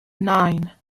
nine